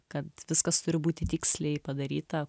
kad viskas turi būti tiksliai padaryta